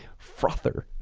frother.